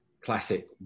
classic